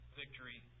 victory